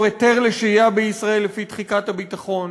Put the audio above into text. היתר לשהייה בישראל לפי תחיקת הביטחון.